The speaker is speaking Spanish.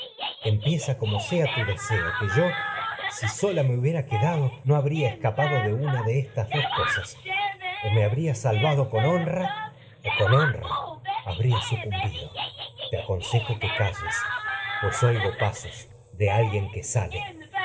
empieza sea tu deseo que yo si sola me hubiera dos quedado o me habría escapado de una con de estas cosas habría salvado honra o con honra habría sucumbido orestes te aconsejo que calles pues oigo pasos de alguien que sale